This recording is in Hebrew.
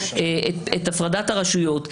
את הפרדת הרשויות,